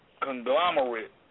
conglomerate